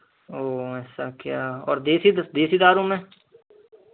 ओ ऐसा क्या और देशी देशी दारू में